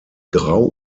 grau